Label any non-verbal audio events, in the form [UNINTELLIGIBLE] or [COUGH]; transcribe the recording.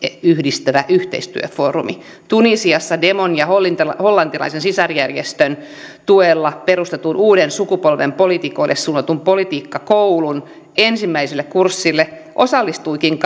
yhdistävä yhteistyöfoorumi tunisiassa demon ja hollantilaisen hollantilaisen sisarjärjestön tuella perustetun uuden sukupolven poliitikoille suunnatun politiikkakoulun ensimmäiselle kurssille osallistuikin [UNINTELLIGIBLE]